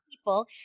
people